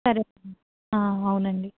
correct అవునండి